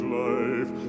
life